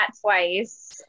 twice